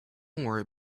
worry